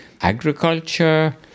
agriculture